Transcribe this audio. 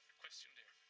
question there?